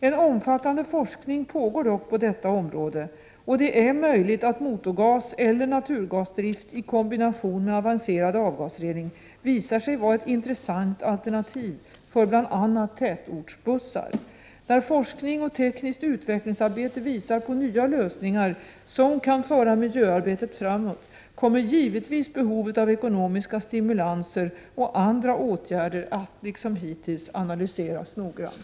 En omfattande forskning pågår dock på detta område, och det är möjligt att motorgaseller naturgasdrift i kombination med avancerad avgasrening visar sig vara ett intressant alternativ för bl.a. tätortsbussar. När forskning och tekniskt utvecklingsarbete visar på nya lösningar som kan föra miljöarbetet framåt kommer givetvis behovet av ekonomiska stimulanser och andra åtgärder att, liksom hittills, analyseras noggrant.